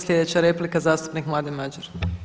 Sljedeća replika zastupnik Mladen Madjer.